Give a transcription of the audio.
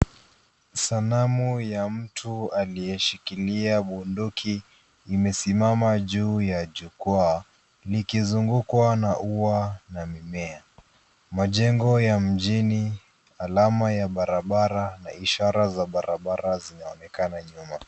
Sanamu ya mtu aliyeshikilia bunduki, imesimama juu ya jukwaa, likizungukwa na ua na mimea. Majengo ya mjini, alama ya barabara, na ishara za barabara zinaonekana nyuma .